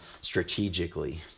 strategically